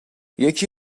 یکی